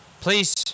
Please